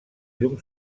llum